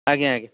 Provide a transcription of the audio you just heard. ଆଜ୍ଞା ଆଜ୍ଞା